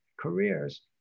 careers